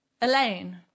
Elaine